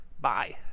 Bye